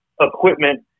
equipment